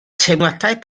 teimladau